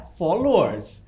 followers